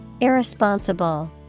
Irresponsible